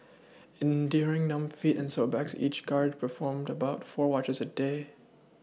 enduring numb feet and sore backs each guard performed about four watches a day